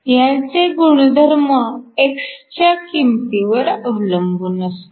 ह्याचे गुणधर्म x च्या किंमतीवर अवलंबून असतात